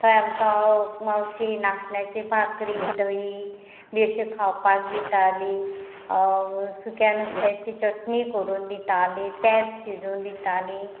थंय आमकां मावशी नाशण्याची भाकरी दही बी अशी खावपाक दिताली सुक्या नुस्त्याची चटणी करून दिताली पेज शिजोवन दिताली